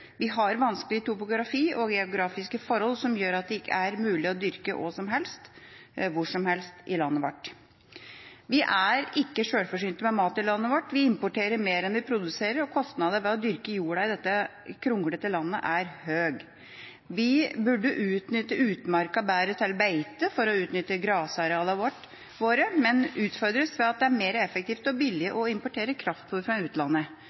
Vi har vanskelig topografi og geografiske forhold som gjør at det ikke er mulig å dyrke hva som helst hvor som helst i landet vårt. Vi er ikke sjølforsynte med mat i landet vårt. Vi importerer mer enn vi produserer, og kostnadene ved å dyrke jorda i dette kronglete landet er høye. Vi burde utnyttet utmarka bedre til beite for å utnytte grasarealet vårt, men utfordres ved at det er mer effektivt og billigere å importere kraftfôr fra utlandet.